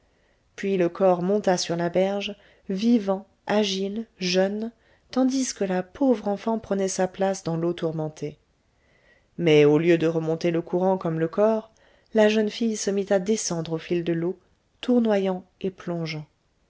puis le corps monta sur la berge vivant agile jeune tandis que la pauvre enfant prenait sa place dans l'eau tourmentée mais au lieu de remonter le courant comme le corps la jeune fille se mit à descendre au fil de l'eau tournoyant et plongeant